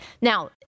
Now